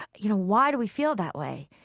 you know, why do we feel that way?